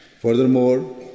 Furthermore